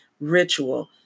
ritual